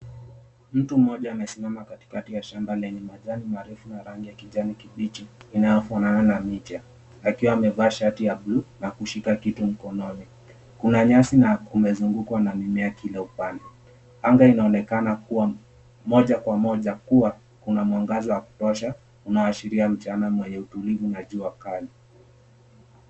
Mtu mmoja amesimama katikakati ya shamba lenye majani marefu na rangi ya kijani kibichi, inayofanana na micha, akiwa amevaa shati ya bluu, na kushika kitu mkononi. Kuna nyasi na kumezungukwa na mimea kila upande. Anga inaonekana kuwa moja kwa moja kuwa, kuna mwangaza wa kutosha, unaoashiria mchana mwenye utulivu na jua kali.